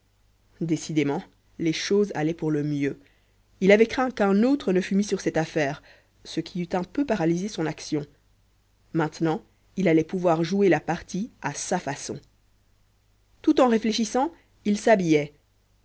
décidément les choses allaient pour le mieux il avait craint qu'un autre ne fût mis sur cette affaire ce qui eût un peu paralysé son action maintenant il allait pouvoir jouer la partie à sa façon tout en réfléchissant il s'habillait